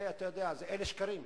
אלה שקרים.